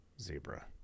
zebra